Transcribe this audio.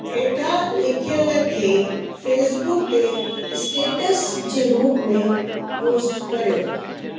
हेठा लिखियल खे फेसबुक ते स्टेटस जे रूप में पोस्ट करियो